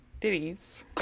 ditties